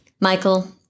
Michael